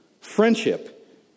Friendship